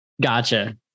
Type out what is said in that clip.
Gotcha